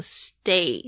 stay